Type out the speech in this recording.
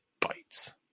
bites